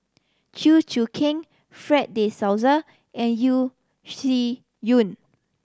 Chew Choo Keng Fred De Souza and Yeo Shih Yun